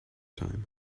time